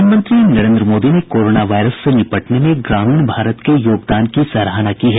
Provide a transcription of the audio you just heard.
प्रधानमंत्री नरेन्द्र मोदी ने corona virus से निपटने में ग्रामीण भारत के योगदान की सराहना की है